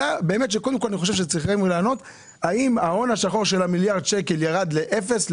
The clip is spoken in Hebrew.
לדעת אם ההון השחור של המיליארד שקל ירד לאפס,